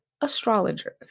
astrologers